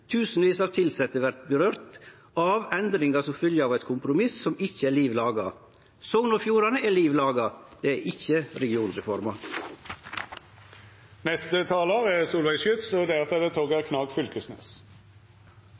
Tusenvis av tilsette vert råka av endringar som følgje av eit kompromiss som ikkje er liv laga. Sogn og Fjordane er liv laga – det er ikkje